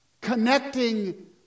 connecting